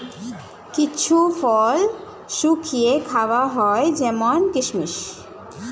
কিছু ফল শুকিয়ে খাওয়া হয় যেমন কিসমিস